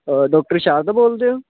doctor Sharda ਬੋਲਦੇ ਓ